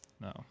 No